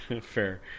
fair